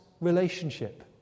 Relationship